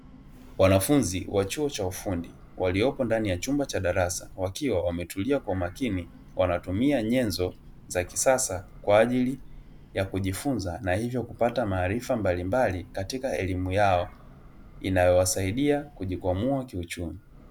Wanafunzi wa chuo cha ufundi, waliopo ndani ya chumba cha darasa wakiwa wametulia kwa makini wanatumia nyenzo za kisasa kwa ajili ya kujifunza na hivyo kupata maarifa mbalimbali katika elimu yao inayowasaidia kujikwamua kiuchumi.